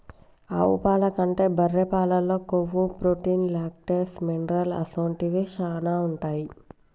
ఆవు పాల కంటే బర్రె పాలల్లో కొవ్వు, ప్రోటీన్, లాక్టోస్, మినరల్ అసొంటివి శానా ఉంటాయి